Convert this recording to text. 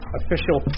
official